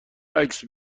عکس